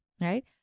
right